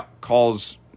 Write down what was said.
calls